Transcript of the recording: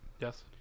Yes